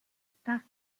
stock